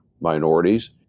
minorities